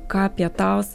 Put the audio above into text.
ką pietaus